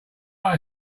like